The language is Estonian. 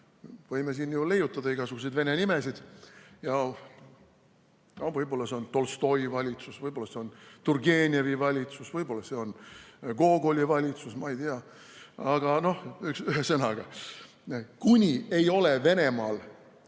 võime siin ju leiutada igasuguseid vene nimesid, võib-olla see on Tolstoi valitsus, võib-olla see on Turgenevi valitsus, võib-olla see on Gogoli valitsus, ma ei tea –, ühesõnaga, kuni ei ole Venemaal